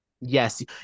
yes